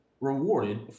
rewarded